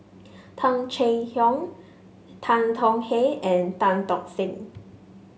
Tung Chye Hong Tan Tong Hye and Tan Tock Seng